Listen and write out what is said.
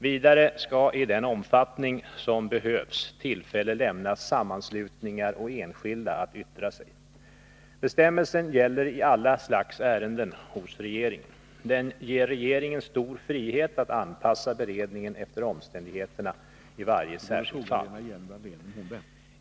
Vidare skall i den omfattning som behövs tillfälle lämnas sammanslutningar och enskilda att yttra sig. Bestämmelsen gäller i alla slags ärenden hos regeringen. Den ger regeringen stor frihet att anpassa beredningen efter omständigheterna i varje särskilt fall.